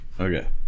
Okay